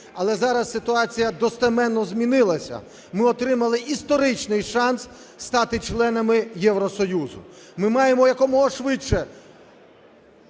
Але зараз ситуація достеменно змінилася, ми отримали історичний шанс стати членами Євросоюзу. Ми маємо якомога швидше